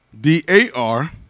d-a-r